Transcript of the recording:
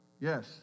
Yes